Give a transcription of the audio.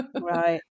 right